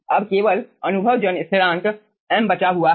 अब केवल अनुभवजन्य स्थिरांक m बचा हुआ है